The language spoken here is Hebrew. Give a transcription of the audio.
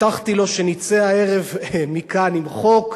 הבטחתי לו שנצא מכאן הערב עם חוק,